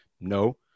No